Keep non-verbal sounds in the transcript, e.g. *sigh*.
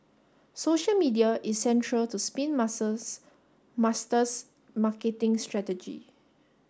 social media is central to Spin *unintelligible* Master's marketing strategy